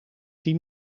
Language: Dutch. tien